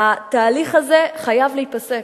התהליך הזה חייב להיפסק.